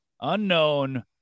unknown